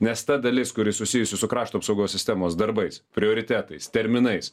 nes ta dalis kuri susijusi su krašto apsaugos sistemos darbais prioritetais terminais